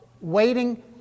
waiting